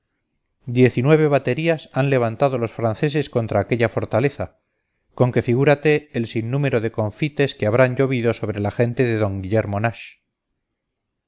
nueve baterías han levantado los franceses contra aquella fortaleza con que figúrate el sin número de confites que habrán llovido sobre la gente de d guillermo nash